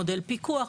מודל פיקוח.